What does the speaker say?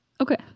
okay